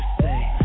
say